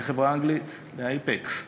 לחברה אנגלית, "אייפקס".